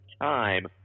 time